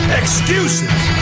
excuses